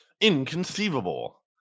Inconceivable